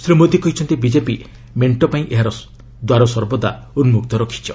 ଶ୍ରୀ ମୋଦି କହିଛନ୍ତି ବିଜେପି ମେଣ୍ଟ ପାଇଁ ଏହାର ଦ୍ୱାର ସର୍ବଦା ଉନ୍କକ୍ତ ରଖିବ